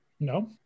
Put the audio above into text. No